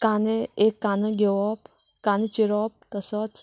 कांदे एक कांदो घेवप कांदो चिरप तसोच